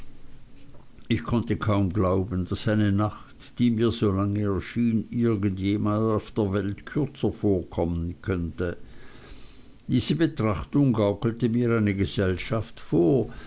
ich konnte kaum glauben daß eine nacht die mir so lang erschien irgend jemand auf der welt kürzer vorkommen könnte diese betrachtung gaukelte mir eine gesellschaft vor